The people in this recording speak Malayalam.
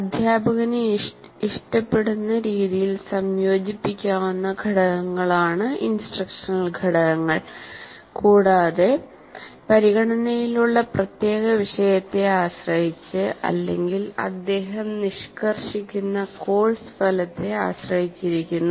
അധ്യാപകന് ഇഷ്ടപ്പെടുന്ന രീതിയിൽ സംയോജിപ്പിക്കാവുന്ന ഘടകങ്ങളാണ് ഇൻസ്ട്രക്ഷണൽ ഘടകങ്ങൾ കൂടാതെ പരിഗണനയിലുള്ള പ്രത്യേക വിഷയത്തെ ആശ്രയിച്ച് അല്ലെങ്കിൽ അദ്ദേഹം നിഷ്കർഷിക്കുന്ന കോഴ്സ് ഫലത്തെ ആശ്രയിച്ചിരിക്കുന്നു